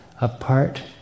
apart